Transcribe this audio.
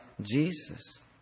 Jesus